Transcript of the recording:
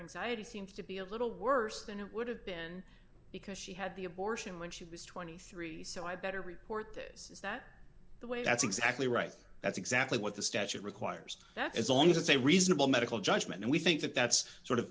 inside seems to be a little worse than it would have been because she had the abortion when she was twenty three so i better report this is that the way that's exactly right that's exactly what the statute requires that as long as it's a reasonable medical judgment and we think that that's sort of